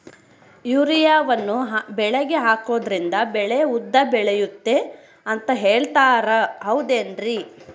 ಯೂರಿಯಾವನ್ನು ಬೆಳೆಗೆ ಹಾಕೋದ್ರಿಂದ ಬೆಳೆ ಉದ್ದ ಬೆಳೆಯುತ್ತೆ ಅಂತ ಹೇಳ್ತಾರ ಹೌದೇನ್ರಿ?